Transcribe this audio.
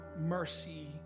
mercy